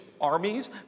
armies